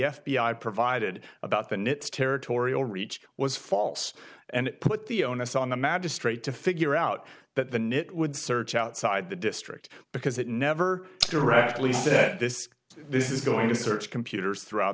i provided about than its territorial reach was false and put the onus on the magistrate to figure out that the nit would search outside the district because it never directly said this this is going to search computers throughout